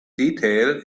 detail